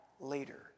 later